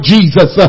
Jesus